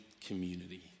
community